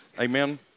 Amen